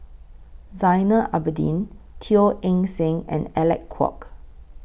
Zainal Abidin Teo Eng Seng and Alec Kuok